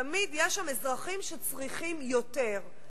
תמיד יש שם אזרחים שצריכים יותר.